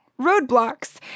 roadblocks